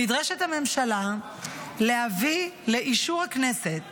נדרשת הממשלה להביא לאישור הכנסת